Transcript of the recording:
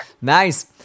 Nice